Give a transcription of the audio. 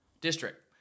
district